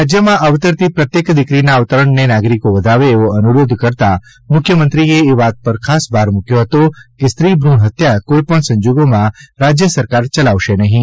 રાજયમાં અવતરતી પ્રત્યેક દીકરીના અવતરણને નાગરિકો વધાવે એવો અનુરોધ કરતાં મુખ્યમંત્રીશ્રીએ એ વાત પર ખાસ ભાર મુકયો હતો કે સ્ત્રીભ્રૂણ હત્યા કોઇ પણ સંજોગોમાં રાજયસરકાર ચલાવશે નહીં